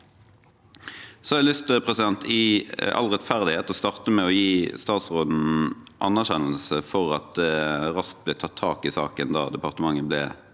jeg lyst til å starte med å gi statsråden anerkjennelse for at det raskt ble tatt tak i saken da departementet ble